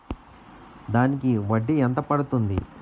దానికి వడ్డీ ఎంత పడుతుంది?